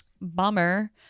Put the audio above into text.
bummer